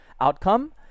outcome